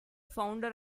founder